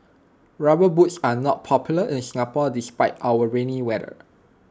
rubber boots are not popular in Singapore despite our rainy weather